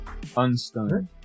Unstunned